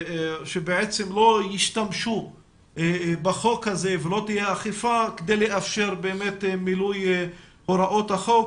שבעצם לא ישתמשו בחוק הזה ולא תהיה אכיפה כדי לאפשר מילוי הוראות החוק